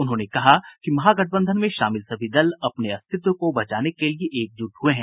उन्होंने कहा कि महागठबंधन में शामिल सभी दल अपने अस्तित्व को बचाने के लिये एकजुट हुए हैं